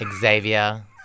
Xavier